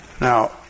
now